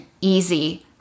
easy